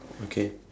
okay